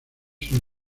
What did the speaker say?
sin